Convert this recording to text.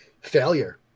Failure